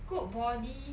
good body